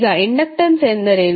ಈಗ ಇಂಡಕ್ಟನ್ಸ್ ಎಂದರೇನು